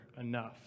enough